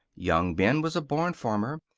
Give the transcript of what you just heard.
young ben was a born farmer,